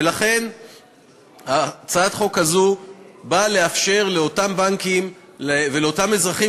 ולכן הצעת החוק הזו באה לאפשר לאותם בנקים ולאותם אזרחים